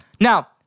Now